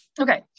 Okay